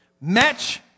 Match